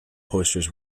posters